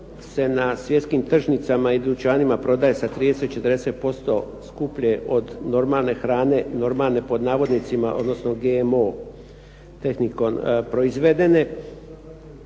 na svjetskim tržnicama i dućanima prodaje sa 30, 40% skuplje od normalne hrane, normalne pod navodnicima, odnosno GMO tehnikom proizvedene,